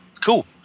Cool